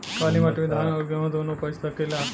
काली माटी मे धान और गेंहू दुनो उपज सकेला?